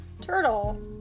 turtle